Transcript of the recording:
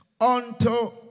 unto